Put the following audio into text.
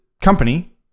company